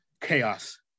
chaos